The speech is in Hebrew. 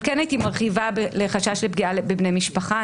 כן הייתי מרחיבה חשש לפגיעה בבני משפחה.